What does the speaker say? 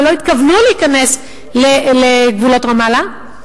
ולא התכוונו להיכנס לגבולות רמאללה,